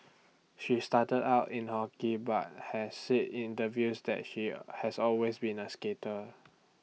she started out in hockey but has said interviews that she has always been A skater